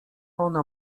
ona